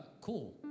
cool